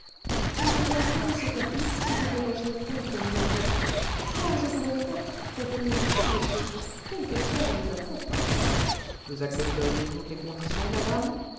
mais encore quel est ce caprice qui vous fait agir contre vos intérêts car je vous le répète faites les conditions monsieur quelles qu'elles soient je les accepte vous accepteriez toutes les conditions madame